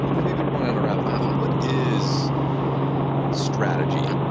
maybe we're going on a rabbit hole, but what is strategy,